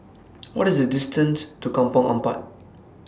What IS The distance to Kampong Ampat